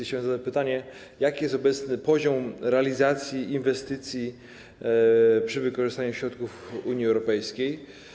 Chciałem zadać pytanie: Jaki jest obecny poziom realizacji inwestycji przy wykorzystaniu środków Unii Europejskiej?